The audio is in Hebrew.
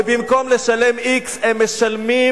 ובמקום לשלם x הם משלמים,